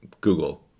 Google